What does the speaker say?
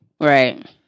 Right